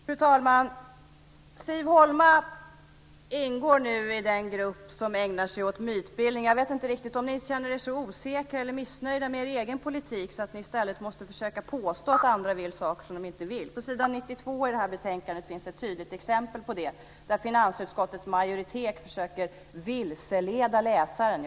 Fru talman! Siv Holma ingår nu i den grupp som ägnar sig åt mytbildning. Jag vet inte riktigt om ni känner er så osäkra eller missnöjda med er egen politik att ni måste försöka påstå att andra vill saker som de inte vill. På s. 92 i betänkandet finns ett tydligt exempel på detta. Där försöker finansutskottets majoritet vilseleda läsaren.